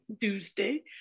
Tuesday